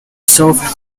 soft